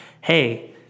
hey